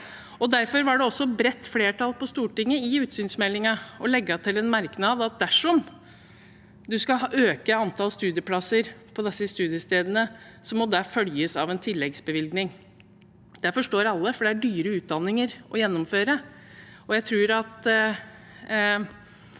Derfor var det også bredt flertall på Stortinget i utsynsmeldingen for å legge til en merknad om at dersom en skal øke antall studieplasser på disse studiestedene, må det følges av en tilleggsbevilgning. Det forstår alle, for dette er dyre utdanninger å gjennomføre.